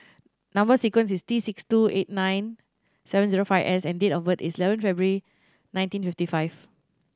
number sequence is T six two eight nine seven zero five S and date of birth is eleven February nineteen fifty five